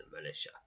militia